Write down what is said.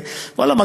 ו-ואללה,